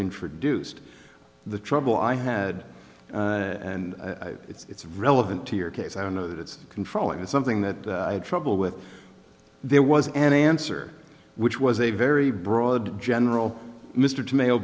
introduced the trouble i had and it's relevant to your case i don't know that it's controlling is something that i had trouble with there was an answer which was a very broad general mr to ma